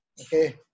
Okay